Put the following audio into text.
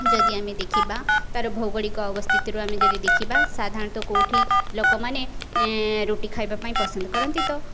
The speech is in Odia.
ଯଦି ଆମେ ଦେଖିବା ତାର ଭୌଗଳିକ ଅବସ୍ଥିତିରୁ ଆମେ ଯଦି ଦେଖିବା ସାଧାରଣତଃ କେଉଁଠି ଲୋକମାନେ ରୁଟି ଖାଇବା ପାଇଁ ପସନ୍ଦ କରନ୍ତି ତ